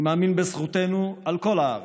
אני מאמין בזכותנו על כל הארץ,